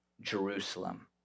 Jerusalem